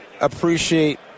appreciate